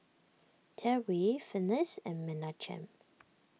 Terri Finis and Menachem